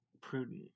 prudent